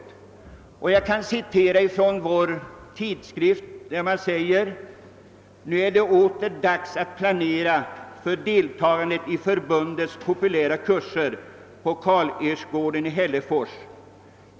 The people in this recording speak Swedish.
Jag vill i detta sammanhang anföra ett citat ur vår tidskrift, där det heter följande: »Nu är det åter dags att planera för deltagandet i Förbundets populära kurser på Karl-Ersgården i Hällefors.